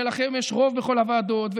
הרי לכם יש רוב בכל הוועדות.